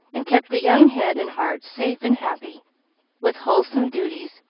and kept the young head and heart safe and happy with wholesome duties,